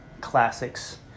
classics